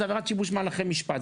זה עבירת שיבוש מהלכי משפט.